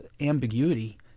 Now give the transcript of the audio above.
ambiguity